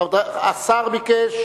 השר ביקש